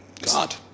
God